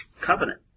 covenant